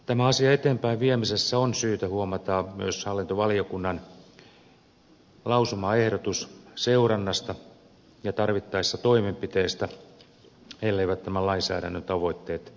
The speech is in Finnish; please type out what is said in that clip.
tämän asian eteenpäin viemisessä on syytä huomata myös hallintovaliokunnan lausumaehdotus seurannasta ja tarvittaessa toimenpiteistä elleivät tämän lainsäädännön tavoitteet toteudu